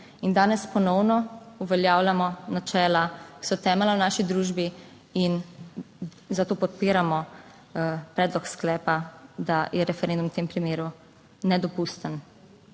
In danes ponovno uveljavljamo načela, ki so temeljna v naši družbi, in zato podpiramo predlog sklepa, da je referendum v tem primeru nedopusten.